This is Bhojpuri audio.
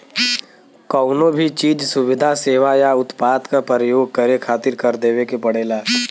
कउनो भी चीज, सुविधा, सेवा या उत्पाद क परयोग करे खातिर कर देवे के पड़ेला